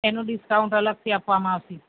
એનું ડીસકાઉન્ટ અલગથી આપવામાં આવશે